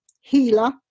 healer